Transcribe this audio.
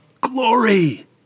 glory